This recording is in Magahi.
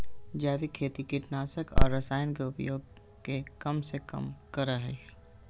जैविक खेती कीटनाशक और रसायन के उपयोग के कम से कम करय हइ